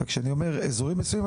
וכשאני אומר אזורים מסוימים,